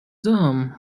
them